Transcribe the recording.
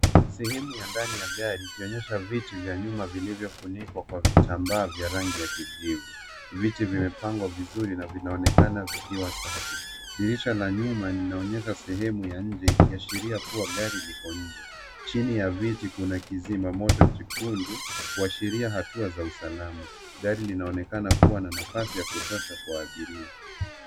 Sehemu ya ndani ya gari ikionyesha viti vya nyuma vilivyofunikwa kwa vitambaa vya rangi ya kijivu. Viti vimepangwa vizuri na vinaonekana vikiwa safi. Dirisha la nyuma linaonyesha sehemu ya nyuma ikiashiria kuwa gari liko nje. Chini ya viti kuna kizima moto chekundu kuashiria hatua za usalama. Gari linaonekana kuwa na nafasi ya kutosha kwa abiria.